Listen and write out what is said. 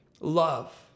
love